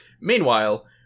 Meanwhile